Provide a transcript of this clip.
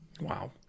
Wow